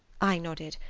i nodded,